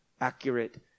accurate